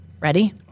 Ready